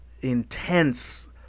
intense